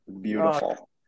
Beautiful